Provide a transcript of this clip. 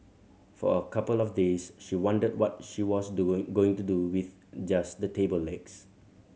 for a couple of days she wondered what she was doing going to do with just the table legs